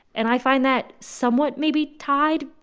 and i find that somewhat maybe tied,